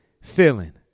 feeling